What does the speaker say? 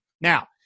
Now